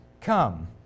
come